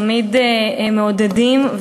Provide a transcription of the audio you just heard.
תמיד מעודדים,